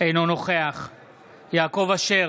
אינו נוכח יעקב אשר,